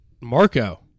Marco